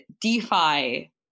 DeFi